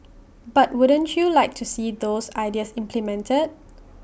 but wouldn't you like to see those ideas implemented